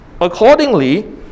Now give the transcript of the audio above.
Accordingly